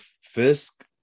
Fisk